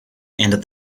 and